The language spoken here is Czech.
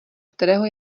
kterého